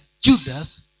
Judas